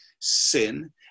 sin